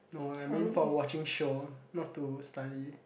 no I mean for watching show not to study